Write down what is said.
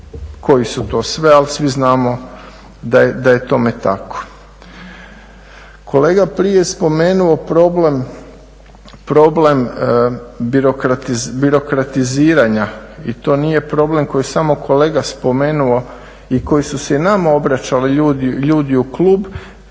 koji su to sve, ali svi znamo da je tome tako. Kolega prije je spomenuo problem birokratiziranja i to nije problem koji je samo kolega spomenuo i koji su se i nama obraćali ljudi u klub,